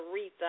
Aretha